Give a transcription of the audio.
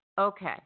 Okay